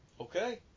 okay